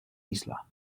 isla